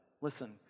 listen